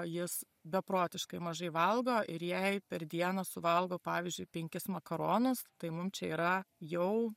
jis beprotiškai mažai valgo ir jei per dieną suvalgo pavyzdžiui penkis makaronus tai mum čia yra jau